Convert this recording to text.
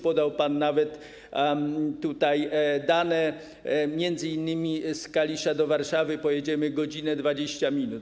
Podał pan nawet tutaj dane: m.in. z Kalisza do Warszawy pojedziemy w 1 godzinę 20 minut.